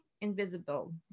invisible